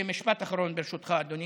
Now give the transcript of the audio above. משפט אחרון, ברשותך, אדוני.